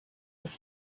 have